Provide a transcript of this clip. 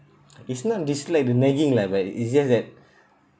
it's not dislike the nagging lah but it's just that